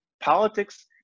Politics